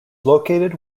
located